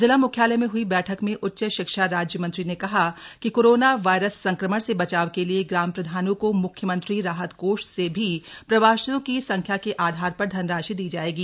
जिला मुख्यालय में हई बैठक में उच्च शिक्षा राज्य मंत्री ने कहा कि कोरोना वायरस संक्रमण से बचाव के लिए ग्राम प्रधानों को मुख्यमंत्री राहत कोष से भी प्रवासियों की संख्या के आधार पर धनराशि दी जाएगी